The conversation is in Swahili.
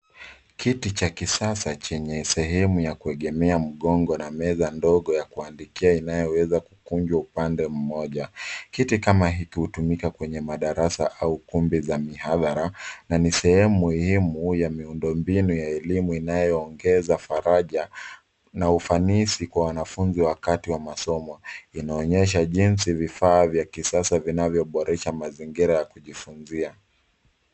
Kiti cha kisasa chenye sehemu ya kuegemea mgongo na meza ndogo ya kuandikia inayoweza kukunja upande mmoja. Kiti kama hiki hutumika kwenye madarasa au ukumbi za mihadhara, na ni sehemu muhimu ya miundombinu ya elimu inayoongeza faraja na ufanisi kwa wanafunzi wakati wa masomo. Inaonesha jinsi vifaa vya kisasa vinavyoboresha mazingira ya kujifunzia.